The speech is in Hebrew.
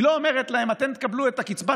היא לא אומרת להם: אתם תקבלו את קצבת